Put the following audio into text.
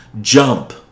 jump